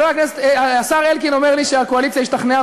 השר אלקין אומר לי שהקואליציה השתכנעה,